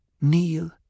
Kneel